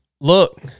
look